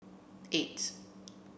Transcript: eight